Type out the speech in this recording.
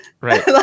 Right